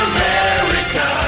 America